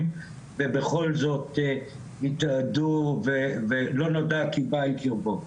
ובכל זאת התאדו ולא נודע כי בא אל קרבו.